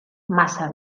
massa